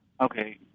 Okay